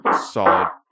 solid